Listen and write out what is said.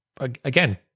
again